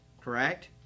correct